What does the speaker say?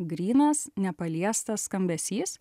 grynas nepaliestas skambesys